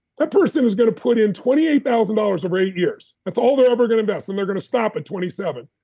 that person who's going to put in twenty eight thousand dollars over eight years, that's all they're ever going to invest. and they're going to stop at twenty seven.